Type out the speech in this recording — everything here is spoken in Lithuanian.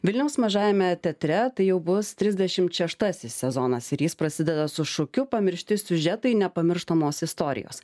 vilniaus mažajame teatre tai jau bus trisdešimt šeštasis sezonas ir jis prasideda su šūkiu pamiršti siužetai nepamirštamos istorijos